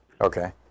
Okay